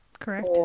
correct